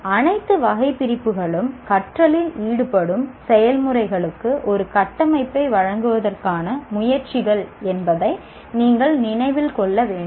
அனைத்து வகைபிரிப்புகளும் கற்றலில் ஈடுபடும் செயல்முறைகளுக்கு ஒரு கட்டமைப்பை வழங்குவதற்கான முயற்சிகள் என்பதை நீங்கள் நினைவில் கொள்ள வேண்டும்